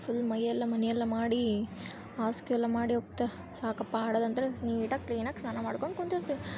full ಮೈಯೆಲ್ಲ ಮನೆಯೆಲ್ಲ ಮಾಡಿ ಹಾಸಿಗೆ ಎಲ್ಲ ಮಾಡಿ ಹೋಗ್ತಾರೆ ಸಾಕಪ್ಪ ಆಡೋದಂದ್ರೆ ನೀಟಾಗಿ ಕ್ಲೀನಾಗಿ ಸ್ನಾನ ಮಾಡ್ಕೊಂಡು ಕುಂತಿರ್ತೀವಿ